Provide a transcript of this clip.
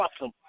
awesome